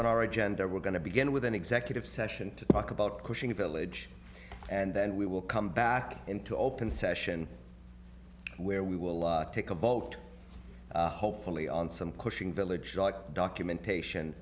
on our agenda we're going to begin with an executive session to talk about coaching a village and then we will come back into open session where we will take a vote hopefully on some pushing village documentation